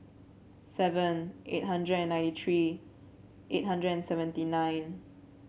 seven eight hundred and ninety three eight hundred and seventy nine